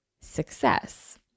success